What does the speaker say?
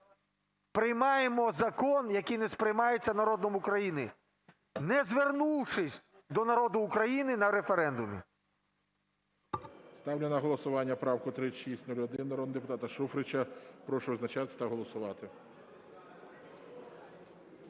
приймаємо закон, який не сприймається народом України, не звернувшись до народу України на референдумі. ГОЛОВУЮЧИЙ. Ставлю на голосування правку 3601 народного депутата Шуфрича. Прошу визначатися та голосувати.